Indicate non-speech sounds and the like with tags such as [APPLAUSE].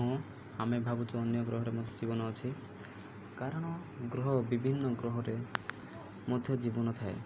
ହଁ ଆମେ ଭାବୁଛୁ ଅନ୍ୟ ଗ୍ରହରେ [UNINTELLIGIBLE] ଜୀବନ ଅଛି କାରଣ ଗ୍ରହ ବିଭିନ୍ନ ଗ୍ରହରେ ମଧ୍ୟ ଜୀବନ ଥାଏ